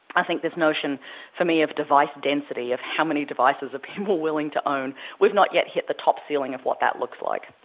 i think this notion for me of device density, of how many devices are people willing to own, we've not yet hit the top ceiling of what that looks like.